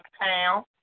pound